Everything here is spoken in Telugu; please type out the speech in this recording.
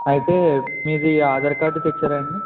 అయితే మీ ఆధార్ కార్డ్ తెచ్చారండి